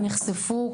נחשפו,